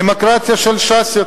דמוקרטיה של ש"ס,